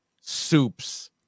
soups